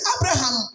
Abraham